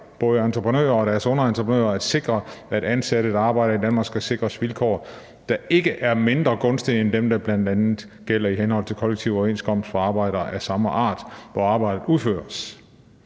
både entreprenørerne og deres underentreprenører at sikre, at ansatte, der arbejder i Danmark, skal sikres vilkår, der ikke er mindre gunstige end dem, der blandt andet gælder i henhold til kollektiv overenskomst for arbejde af samme art, hvor arbejdet udføres.«